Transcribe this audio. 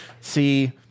see